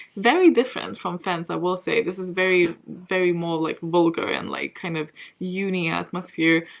very different from fence, i will say. this is very very more like vulgar and like kind of uni atmosphere.